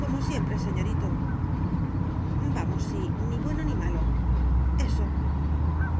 como siempre señorito vamos sí ni bueno ni malo eso era